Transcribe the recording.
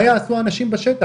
מה יעשו האנשים בשטח?